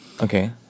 Okay